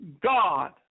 God